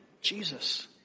Jesus